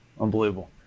Unbelievable